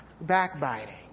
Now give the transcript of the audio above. backbiting